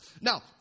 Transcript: Now